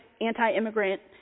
anti-immigrant